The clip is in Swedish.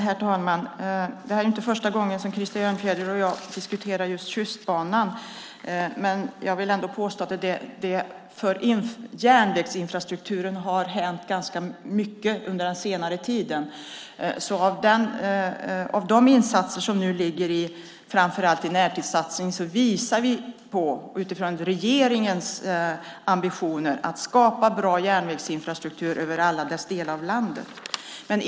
Herr talman! Det är inte första gången som Krister Örnfjäder och jag diskuterar Tjustbanan. Men jag vill påstå att det inom järnvägsinfrastrukturen har hänt ganska mycket under den senare tiden. Med de insatser som nu ligger, framför allt närtidssatsningar, visar vi på regeringens ambitioner att skapa bra järnvägsinfrastruktur i alla delar av landet.